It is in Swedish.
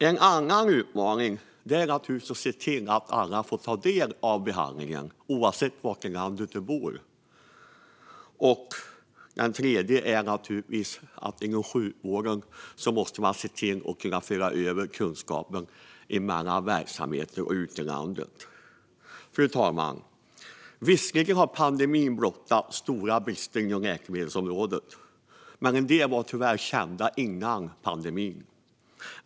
En annan utmaning är att se till att alla får ta del av behandlingen, oavsett var i landet man bor. En tredje är att inom sjukvården kunna föra över kunskap mellan verksamheter och ut i landet. Fru talman! Visserligen har pandemin blottat stora brister inom läkemedelsområdet, men en del av dem var tyvärr kända redan innan pandemin bröt ut.